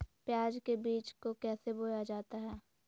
प्याज के बीज को कैसे बोया जाता है?